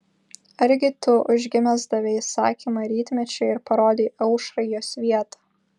argi tu užgimęs davei įsakymą rytmečiui ir parodei aušrai jos vietą